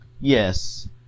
Yes